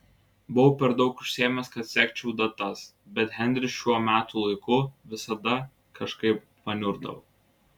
buvau per daug užsiėmęs kad sekčiau datas bet henris šiuo metų laiku visada kažkaip paniurdavo